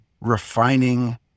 refining